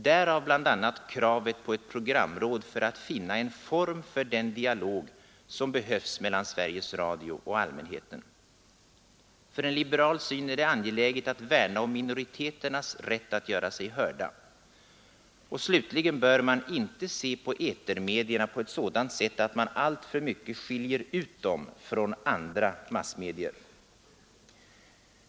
Därav bl.a. kravet på ett programråd för att finna en form för den dialog som behövs mellan Sveriges Radio och allmänheten. För en liberal syn är det angeläget att värna om minoriteternas rätt att göra sig hörda. Slutligen bör man inte se på etermedierna på ett sådant sätt att man alltför mycket skiljer ut dem från andra massmedier.